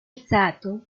sato